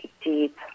deep